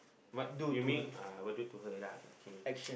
what you mean uh I will do to her lah okay